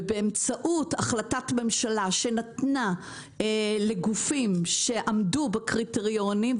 ובאמצעות החלטת ממשלה שנתנה לגופים שעמדו בקריטריונים,